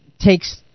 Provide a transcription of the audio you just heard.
takes